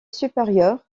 supérieur